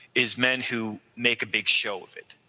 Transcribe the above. is men who make a big show of it